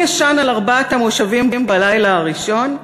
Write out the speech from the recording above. אישן על ארבעת המושבים בלילה הראשון,